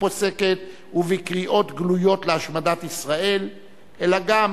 פוסקת ובקריאות גלויות להשמדת ישראל אלא גם